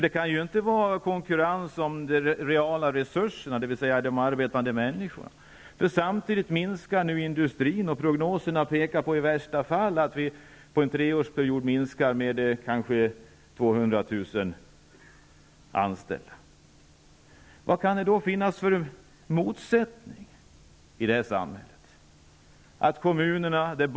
Det kan ju inte vara någon konkurrens om de reala resurserna, dvs. de arbetande människorna, eftersom industrin samtidigt minskar sin personal och prognoserna pekar på att personalen i värsta fall under en treårsperiod minskas med 200 000 anställda. Vad finns det då för motsättning i det här samhället?